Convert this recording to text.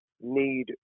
need